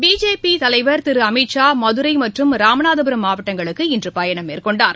BJP தலைவர் திரு அமித் ஷா மதுரை மற்றும் ராமநாதபுரம் மாவட்டங்களுக்கு இன்று பயணம் மேற்கொண்டார்